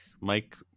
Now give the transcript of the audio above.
Mike